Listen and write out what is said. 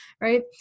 Right